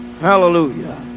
Hallelujah